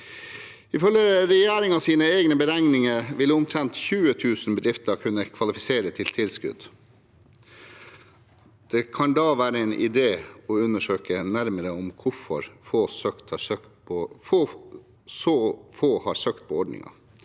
Ifølge regjeringens egne beregninger ville omtrent 20 000 bedrifter kunne kvalifisere til tilskudd. Da kan det være en idé å undersøke nærmere hvorfor så få har søkt på ordningen.